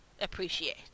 Appreciate